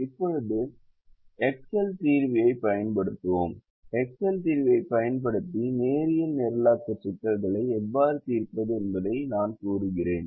இப்போது எக்செல் தீர்வியைப் பயன்படுத்துவோம் எக்செல் தீர்வியை பயன்படுத்தி நேரியல் நிரலாக்க சிக்கல்களை எவ்வாறு தீர்ப்பது என்பதை நான் கூறுகிறேன்